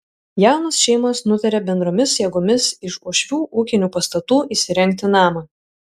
jaunos šeimos nutarė bendromis jėgomis iš uošvių ūkinių pastatų įsirengti namą